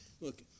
Look